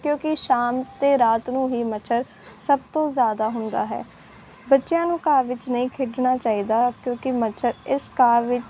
ਕਿਉਂਕਿ ਸ਼ਾਮ ਅਤੇ ਰਾਤ ਨੂੰ ਹੀ ਮੱਛਰ ਸਭ ਤੋਂ ਜ਼ਿਆਦਾ ਹੁੰਦਾ ਹੈ ਬੱਚਿਆਂ ਨੂੰ ਘਾਹ ਵਿੱਚ ਨਹੀਂ ਖੇਡਣਾ ਚਾਹੀਦਾ ਕਿਉਂਕਿ ਮੱਛਰ ਇਸ ਘਾਹ ਵਿੱਚ